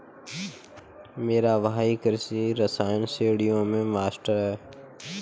मेरा भाई कृषि रसायन श्रेणियों में मास्टर है